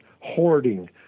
hoarding